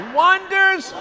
wonders